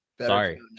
sorry